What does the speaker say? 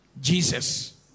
Jesus